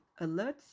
alerts